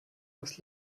das